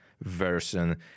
version